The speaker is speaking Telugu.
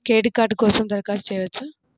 క్రెడిట్ కార్డ్ కోసం దరఖాస్తు చేయవచ్చా?